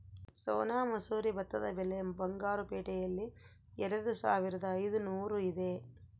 ಸೋನಾ ಮಸೂರಿ ಭತ್ತದ ಬೆಲೆ ಬಂಗಾರು ಪೇಟೆಯಲ್ಲಿ ಎರೆದುಸಾವಿರದ ಐದುನೂರು ಇದೆ